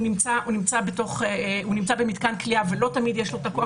או נמצא במתקן כליאה ולא תמיד יש לו הכוח